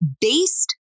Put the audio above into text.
based